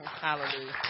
Hallelujah